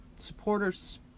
Supporters